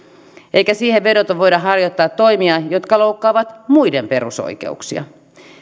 eikä siihen vedoten voida harjoittaa toimia jotka loukkaavat muiden perusoikeuksia